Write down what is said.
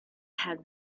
had